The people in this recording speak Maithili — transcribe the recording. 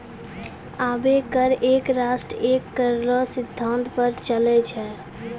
अबै कर एक राष्ट्र एक कर रो सिद्धांत पर चलै छै